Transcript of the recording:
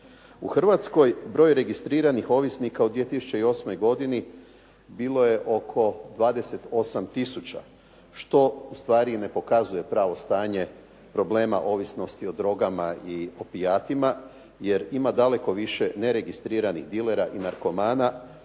U Hrvatskoj broj registriranih ovisnika u 2008. godini bilo je oko 28000 što u stvari ne pokazuje pravo stanje problema ovisnosti o drogama i opijatima jer ima daleko više neregistriranih dilera i narkomana